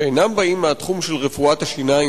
שאינם באים מהתחום של רפואת השיניים